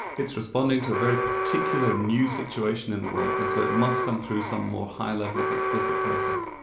it's responding to a very particular new situation in the world, and so it must come through some more high level, explicit process.